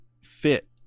fit